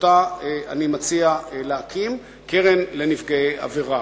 שאני מציע להקים, קרן לנפגעי עבירה.